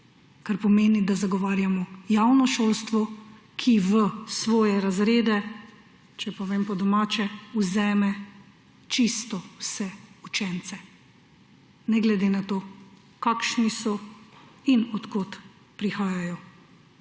Kar pomeni, da zagovarjamo javno šolstvo, ki v svoje razrede, če povem po domače, vzame čisto vse učence, ne glede na to, kakšni so in od kod prihajajo.